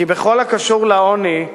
כי בכל הקשור לעוני,